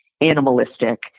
animalistic